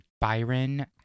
Byron